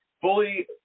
fully